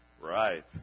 Right